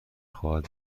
خواهد